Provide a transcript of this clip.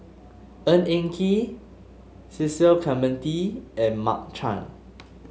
Ng Eng Kee Cecil Clementi and Mark Chan